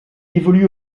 évolue